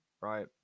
right